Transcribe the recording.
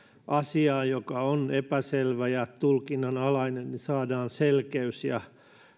asiaan joka on epäselvä ja tulkinnanalainen saadaan selkeys ja